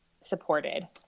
supported